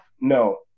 No